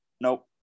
Nope